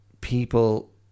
people